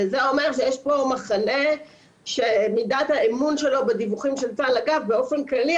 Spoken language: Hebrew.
וזה אומר שיש פה מחנה שמידת האמון שלו בדיווחים של צה"ל באופן כללי,